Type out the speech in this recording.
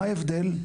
מה ההבדל?